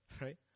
right